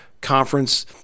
conference